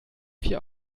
vier